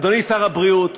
אדוני שר הבריאות,